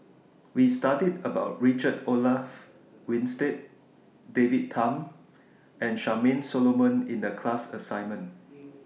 We studied about Richard Olaf Winstedt David Tham and Charmaine Solomon in The class assignment